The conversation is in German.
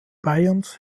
bayerns